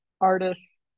artists